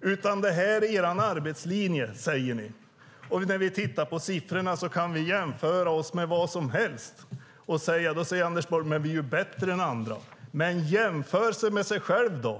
Det är arbetslinjen, säger regeringen. Vi kan titta på siffrorna och jämföra oss med vilka som helst, så ser vi att vi är bättre än andra, säger Anders Borg. Men jämför er i stället med er själva.